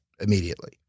immediately